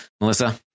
melissa